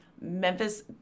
Memphis